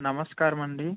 నమస్కారం అండి